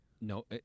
No